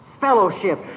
fellowship